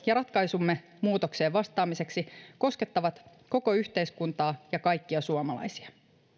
ja ratkaisumme muutokseen vastaamiseksi koskettavat koko yhteiskuntaa ja kaikkia suomalaisia